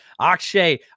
Akshay